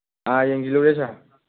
ꯑ ꯌꯦꯡꯖꯜꯂꯨꯔꯦ ꯁꯥꯔ